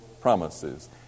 promises